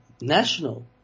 national